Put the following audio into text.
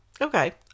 okay